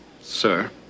sir